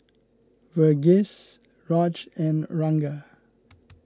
Verghese Raj and Ranga